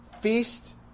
feast